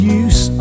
use